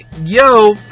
yo